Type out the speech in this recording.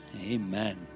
amen